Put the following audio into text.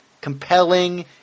Compelling